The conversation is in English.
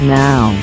now